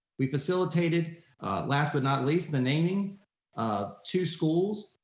we facilitated last but not least, the naming of two schools,